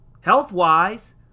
Health-wise